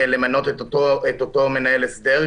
למנות את אותו מנהל הסדר,